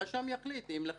הרשם יחליט אם לחדש,